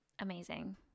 amazing